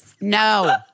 No